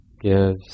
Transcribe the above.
gives